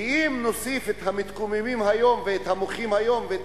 כי אם נוסיף את המתקוממים היום ואת המוחים היום ואת